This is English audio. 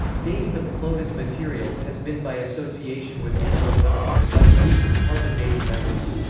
dating of clovis materials has been by association with animal bones and by the use of carbon dating methods.